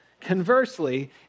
Conversely